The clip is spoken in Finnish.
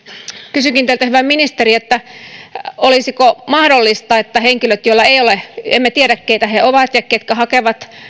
kysynkin teiltä hyvä ministeri olisiko mahdollista että henkilöt joista emme tiedä keitä he ovat ja ketkä hakevat